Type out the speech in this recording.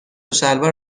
شلوار